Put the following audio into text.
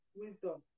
wisdom